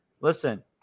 listen